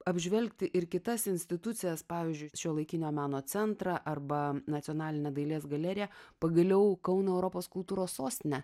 apžvelgti ir kitas institucijas pavyzdžiui šiuolaikinio meno centrą arba nacionalinę dailės galeriją pagaliau kauno europos kultūros sostinę